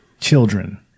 children